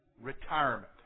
retirement